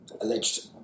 alleged